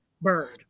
bird